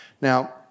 Now